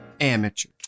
Amateur